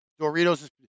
Doritos